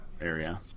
area